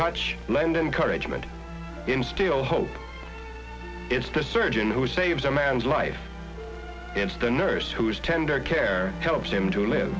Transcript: touch lend encouragement instill hope it's the surgeon who saves a man's life is the nurse who is tender care helps him to live